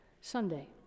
Sunday